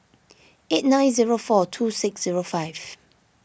eight nine zero four two six zero five